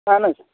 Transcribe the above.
اہَن حظ